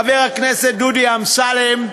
חבר הכנסת דודי אמסלם,